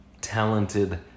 talented